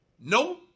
No